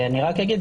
אני רק אגיד,